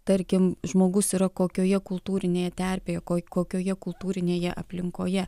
tarkim žmogus yra kokioje kultūrinėje terpėje ko kokioje kultūrinėje aplinkoje